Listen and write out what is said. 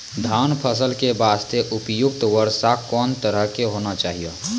धान फसल के बास्ते उपयुक्त वर्षा कोन तरह के होना चाहियो?